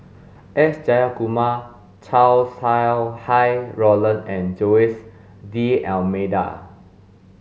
S Jayakumar Chow Sau Hai Roland and Jose D'almeida